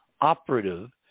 operative